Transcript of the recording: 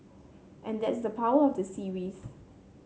and that's the power of the series